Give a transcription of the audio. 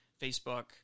Facebook